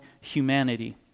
humanity